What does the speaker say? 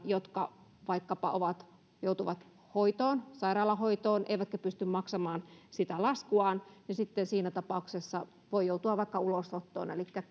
jotka vaikkapa joutuvat hoitoon sairaalahoitoon eivätkä pysty maksamaan sitä laskuaan siinä tapauksessa voi joutua vaikka ulosottoon elikkä